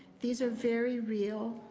these are very real,